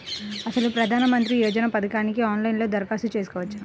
అసలు ప్రధాన మంత్రి యోజన పథకానికి ఆన్లైన్లో దరఖాస్తు చేసుకోవచ్చా?